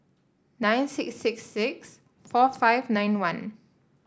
nine six six six four five nine one